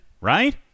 right